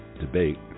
debate